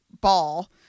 ball